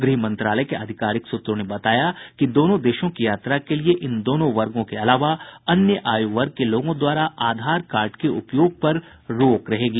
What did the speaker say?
गृह मंत्रालय के अधिकारिक सूत्रों ने बताया कि दोनों देशों की यात्रा के लिए इन दोनों वर्गों के अलावा अन्य आयु वर्ग के लोगों द्वारा आधार कार्ड के उपयोग रोक रहेगी